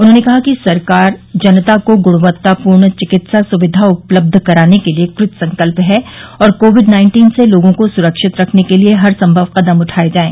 उन्होंने कहा कि सरकार जनता को गृणवत्तापूर्ण चिकित्सा सुविधा उपलब्ध कराने के लिये कृतसंकल्प है कोविड नाइन्टीन से लोगों को सुरक्षित रखने के लिये हर संभव कदम उठाये जाये